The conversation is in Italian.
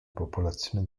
popolazione